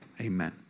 Amen